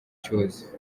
cyose